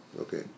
Okay